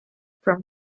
from